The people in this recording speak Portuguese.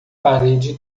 parede